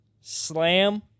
Slam